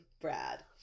Brad